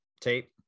tape